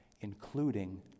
including